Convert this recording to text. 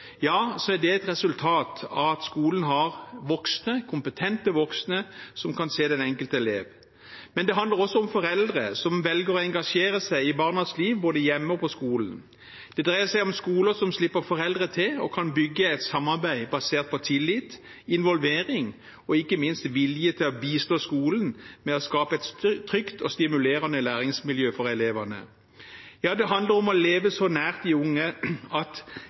et resultat av at skolen har kompetente voksne som kan se den enkelte elev. Men det handler også om foreldre som velger å engasjere seg i barnas liv både hjemme og på skolen. Det dreier seg om skoler som slipper foreldre til og kan bygge et samarbeid basert på tillit, involvering og ikke minst vilje til å bistå skolen i å skape et trygt og stimulerende læringsmiljø for elevene. Det handler om å leve så nært de unge at